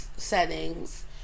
settings